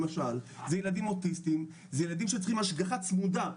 זה ילדים אוטיסטים, זה ילדים שצריכים השגחה צמודה.